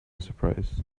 surprise